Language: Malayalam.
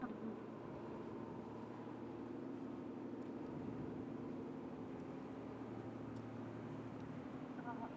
അ ബു ആ ഓക്കെ